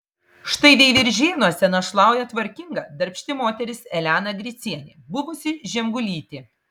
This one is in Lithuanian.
štai veiviržėnuose našlauja tvarkinga darbšti moteris elena gricienė buvusi žemgulytė